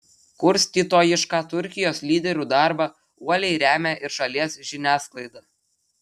kurstytojišką turkijos lyderių darbą uoliai remia ir šalies žiniasklaida